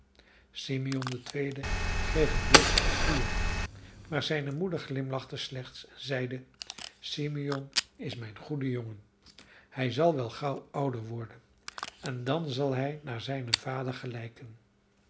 simeon de tweede kreeg een blos als vuur maar zijne moeder glimlachte slechts en zeide simeon is mijn goede jongen hij zal wel gauw ouder worden en dan zal hij naar zijnen vader gelijken